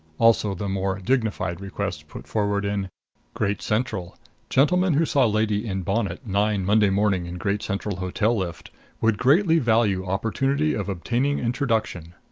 also the more dignified request put forward in great central gentleman who saw lady in bonnet nine monday morning in great central hotel lift would greatly value opportunity of obtaining introduction.